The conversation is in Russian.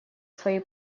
свои